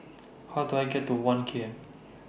How Do I get to one K M